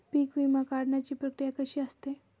पीक विमा काढण्याची प्रक्रिया कशी असते?